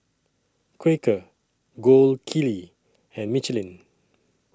Quaker Gold Kili and Michelin